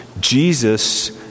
Jesus